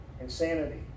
Insanity